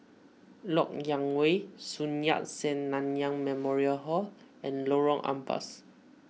Lok Yang Way Sun Yat Sen Nanyang Memorial Hall and Lorong Ampas